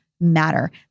matter